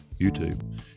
YouTube